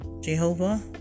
Jehovah